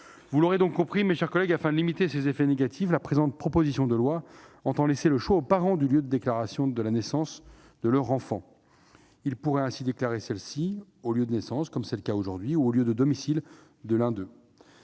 Vous l'aurez compris, mes chers collègues, afin de limiter ces effets négatifs, la présente proposition de loi tend à laisser aux parents le choix du lieu de déclaration de la naissance de leur enfant. Ils pourraient ainsi déclarer celle-ci au lieu de naissance, comme c'est le cas aujourd'hui, ou au lieu du domicile de l'un d'eux.